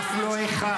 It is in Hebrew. אף לא אחד.